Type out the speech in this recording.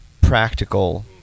practical